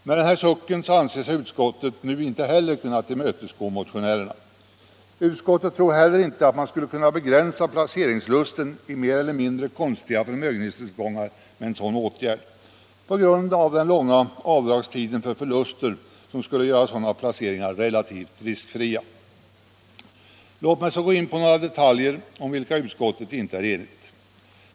Med den sucken anser sig utskottet inte kunna tillmötesgå motionärerna. Utskottet tror heller inte att man med en sådan åtgärd skulle kunna begränsa lusten att placera pengar i mer eller mindre konstiga förmögenhetstillgångar, detta på grund av den långa avdragstiden för förluster som skulle göra sådana placeringar relativt riskfria. Låt mig så gå in på några detaljer om vilka utskottet inte är enigt.